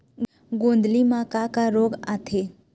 गोंदली म का का रोग आथे?